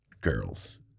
girls